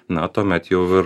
na tuomet jau ir